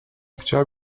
chciał